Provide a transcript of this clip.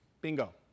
Bingo